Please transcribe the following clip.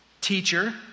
Teacher